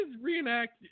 reenact